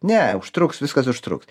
ne užtruks viskas užtruks